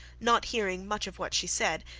not hearing much of what she said,